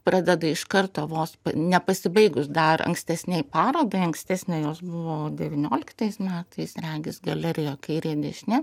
pradeda iš karto vos nepasibaigus dar ankstesnei parodai ankstesnė jos buvo devynioliktais metais regis galerijoj kairė dešinė